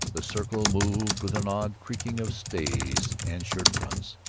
the circle moved with an awed creaking of stays and shirt-fronts.